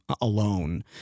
alone